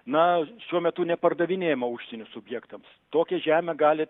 na šiuo metu nepardavinėjama užsienio subjektams tokią žemę gali